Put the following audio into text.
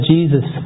Jesus